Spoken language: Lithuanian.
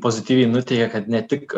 pozityviai nuteikia kad ne tik